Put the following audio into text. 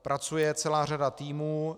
Pracuje celá řada týmů.